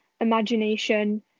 imagination